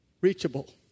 reachable